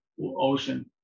ocean